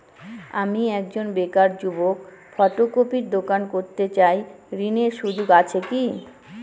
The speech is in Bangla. আমি একজন বেকার যুবক ফটোকপির দোকান করতে চাই ঋণের সুযোগ আছে কি?